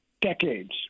decades